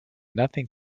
nothing